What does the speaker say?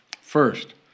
First